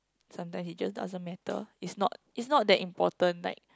sometimes it just doesn't matter it's not it's not that important like